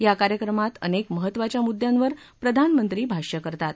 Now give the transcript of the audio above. या कार्यक्रमात अनेक महत्त्वाच्या मुद्दयांवर प्रधानमंत्री भाष्य करतात